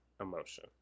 emotion